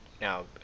now